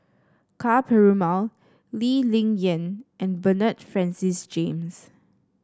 Ka Perumal Lee Ling Yen and Bernard Francis James